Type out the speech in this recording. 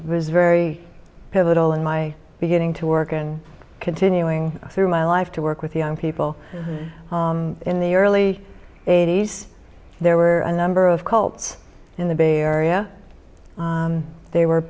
was very pivotal in my beginning to work and continuing through my life to work with young people in the early eighty's there were a number of cults in the bay area they were